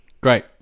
great